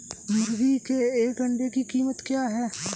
मुर्गी के एक अंडे की कीमत क्या है?